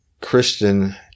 Christian